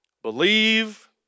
Believe